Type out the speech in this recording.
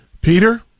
Peter